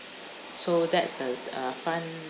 so that's the uh front